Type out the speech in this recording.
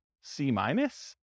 C-minus